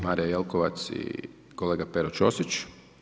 Marija Jelkovac i kolega Pero Ćosić?